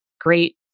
great